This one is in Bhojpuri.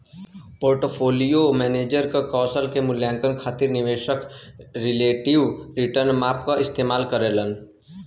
पोर्टफोलियो मैनेजर के कौशल क मूल्यांकन खातिर निवेशक रिलेटिव रीटर्न माप क इस्तेमाल करलन